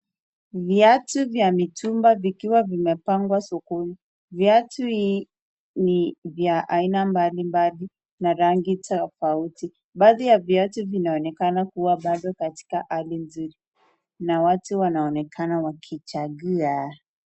Viatu vya mitumba vikiwa vimepangwa sokoni. Viatu hii ni vya aina mbali mbali na rangi tofauti. Baadhi ya viatu vinaonekana kua bado katika hali nzuri na watu wanaonekana wakichagua.